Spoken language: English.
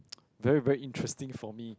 very very interesting for me